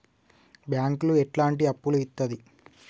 బ్యాంకులు ఎట్లాంటి అప్పులు ఇత్తది?